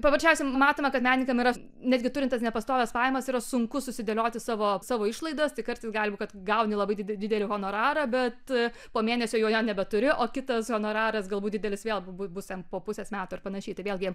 paprasčiausiai matome kad menininkam yra netgi turint tas nepastovias pajamas yra sunku susidėlioti savo savo išlaidas tai kartais gali būt kad gauni labai didelį honorarą bet po mėnesio jau jo nebeturi o kitas honoraras galbūt didelis vėl bu bus ten po pusės metų ar panašiai vėlgi